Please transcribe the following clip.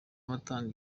abatanga